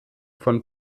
von